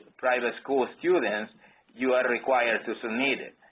private school students you are required to submit it.